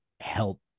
help